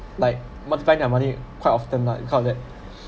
like multiplying their money quite often lah it kind of that